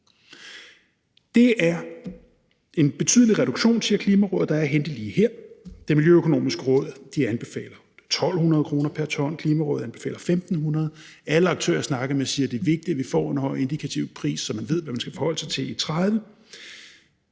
Det er en betydelig reduktion, siger Klimarådet, der er at hente lige her. Det Miljøøkonomiske Råd anbefaler 1.200 kr. pr. ton. Klimarådet anbefaler 1.500 kr. Alle aktører, jeg har snakket med, siger, at det er vigtigt, at vi får en høj indikativ pris, så man ved, hvad man skal forholde sig til i 2030.